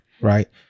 right